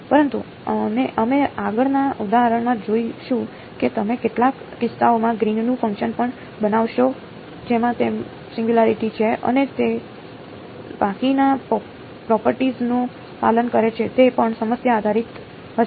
પરંતુ અમે આગળના ઉદાહરણમાં જોઈશું કે તમે કેટલાક કિસ્સાઓમાં ગ્રીનનું ફંક્શન પણ બનાવશો જેમાં તેમાં સિંગયુંલારીટી છે અને તે બાકીના પ્રોપર્ટીઝનું પાલન કરે છે તે પણ સમસ્યા આધારિત હશે